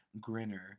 Grinner